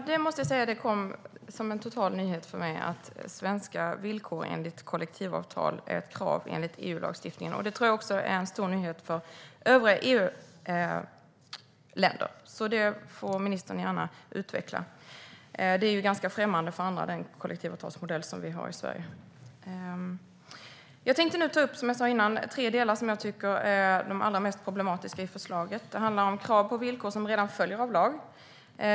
Herr talman! Det var en nyhet för mig att svenska villkor enligt kollektivavtal är ett krav i EU-lagstiftningen. Det är nog en nyhet också för övriga EU-länder. Ministern får gärna utveckla detta. Sveriges kollektivavtalsmodell är ju ganska främmande för andra länder. Jag ska ta upp de tre delar i förslaget som jag anser är de allra mest problematiska. Det handlar om krav på villkor som redan följer av lag.